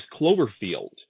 Cloverfield